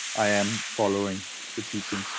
i am following the teachings.